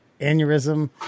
aneurysm